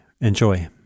Enjoy